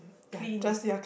clean